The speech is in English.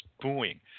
booing